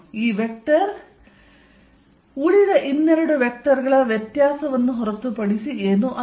ಈ ವೆಕ್ಟರ್ ಈ ಎರಡು ವೆಕ್ಟರ್ಗಳ ವ್ಯತ್ಯಾಸ ಅನ್ನು ಹೊರತುಪಡಿಸಿ ಏನೂ ಅಲ್ಲ